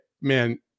man